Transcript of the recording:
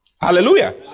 Hallelujah